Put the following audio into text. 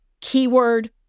Keyword